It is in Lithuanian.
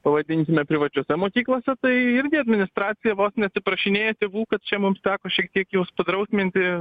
pavadinkime privačiose mokyklose tai irgi administracija vos ne atsiprašinėja tėvų kad čia mums teko šiek tiek juos sudrausminti